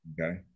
okay